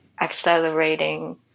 accelerating